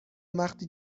وقتی